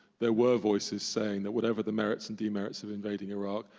there were voices saying that whatever the merits and demerits of invading iraq,